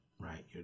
right